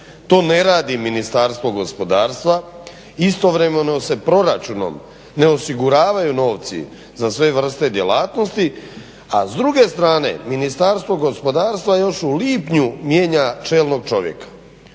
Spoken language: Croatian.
To ne radi Ministarstvo gospodarstva. Istovremeno se proračunom ne osiguravaju novci za sve vrste djelatnosti, a s druge strane Ministarstvo gospodarstva još u lipnju mijenja čelnog čovjeka.